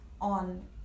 on